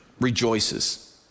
Rejoices